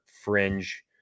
fringe